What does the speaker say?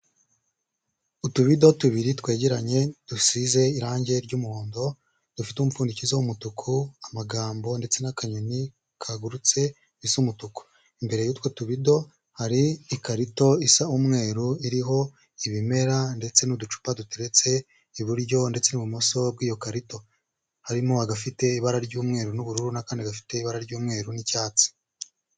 Utubido tubiri twegeranye dusize irange ry'umuhondo, dufite umupfundikizo w'umutuku, amagambo ndetse n'akanyoni kagurutse bisa umutuku. Imbere y'utwo tubido, hari ikarito isa umweru iriho ibimera ndetse n'uducupa duteretse iburyo ndetse n'ibumoso bw'iyo karito. Harimo agafite ibara ry'umweru n'ubururu n'akandi gafite ibara ry'umweru n'icyatsi.